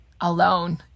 alone